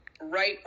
right